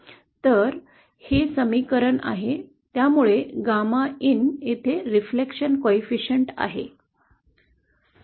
तर हे समीकरण आहे त्यामुळे GAMAin1 येथे प्रतिबिंब गुणांक आहे